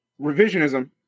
revisionism